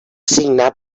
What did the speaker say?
signar